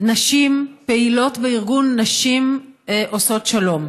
נשים הפעילות בארגון נשים עושות שלום.